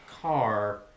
car